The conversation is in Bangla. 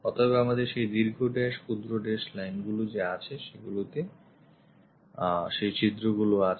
অতএব আমাদের সেই দীর্ঘ dash ক্ষুদ্র dash lineগুলি আছে যেগুলোতে সেই ছিদ্রগুলো করা হয়েছে